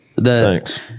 thanks